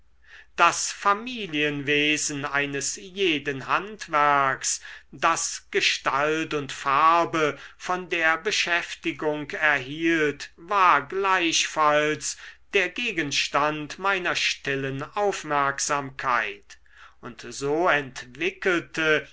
das familienwesen eines jeden handwerks das gestalt und farbe von der beschäftigung erhielt war gleichfalls der gegenstand meiner stillen aufmerksamkeit und so entwickelte